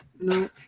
No